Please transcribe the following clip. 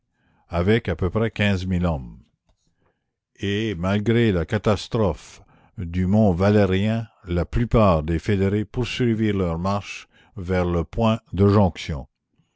avec à peu près quinze mille hommes et malgré la catastrophe du mont valérien la plupart des fédérés poursuivirent leur marche vers le point de jonction